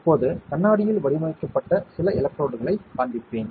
இப்போது கண்ணாடியில் வடிவமைக்கப்பட்ட சில எலக்ட்ரோடுகளைக் காண்பிப்பேன்